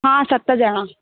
हा सत ॼणा